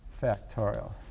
factorial